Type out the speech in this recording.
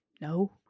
no